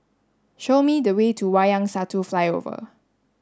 show me the way to Wayang Satu Flyover